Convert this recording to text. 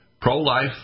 pro-life